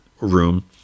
room